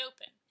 open